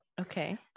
Okay